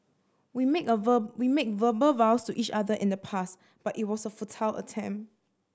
we made a we made verbal vows to each other in the past but it was a futile attempt